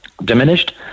diminished